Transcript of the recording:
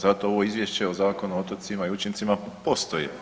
Zato ovo Izvješće o Zakonu o otocima i učincima postoji.